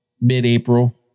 mid-April